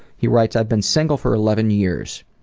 he writes, i've been single for eleven years.